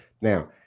now